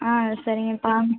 ஆ சரிங்கப்பா